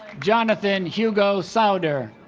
jonathan hugo sowder